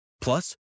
Plus